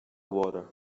water